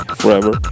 forever